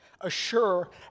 assure